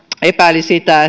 epäili sitä